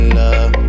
love